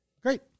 great